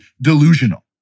delusional